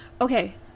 okay